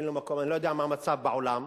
אני לא יודע מה המצב בעולם,